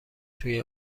توی